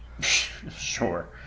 sure